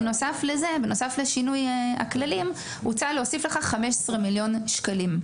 בנוסף לשינוי הכללים הוצע להוסיף לכך 15 מיליון שקלים,